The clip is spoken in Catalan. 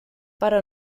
però